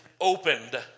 opened